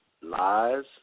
Lies